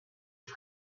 for